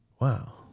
Wow